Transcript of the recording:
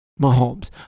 Mahomes